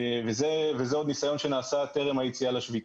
זה ניסיון שעוד נעשה טרם היציאה לשביתה.